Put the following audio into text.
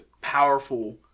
powerful